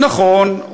נכון,